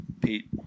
Pete